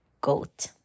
Goat